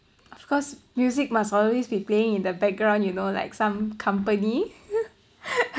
of cause music must always be playing in the background you know like some company